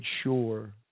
sure